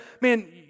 man